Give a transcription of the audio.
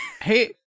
Hey